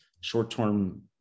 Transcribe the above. short-term